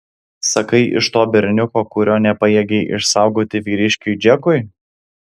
sakai iš to berniuko kurio nepajėgei išsaugoti vyriškiui džekui